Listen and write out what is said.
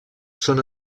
són